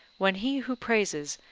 when he who praises,